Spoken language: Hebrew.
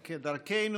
כדרכנו,